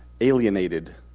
alienated